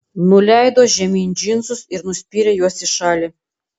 nuleido žemyn džinsus ir nuspyrė juos į šalį